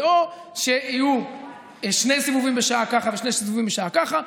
או שיהיו שני סיבובים בשעה ככה ושני סיבובים בשעה ככה.